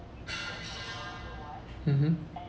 mmhmm